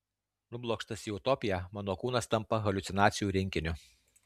nublokštas į utopiją mano kūnas tampa haliucinacijų rinkiniu